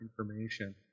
information